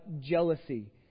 jealousy